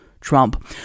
trump